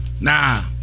Nah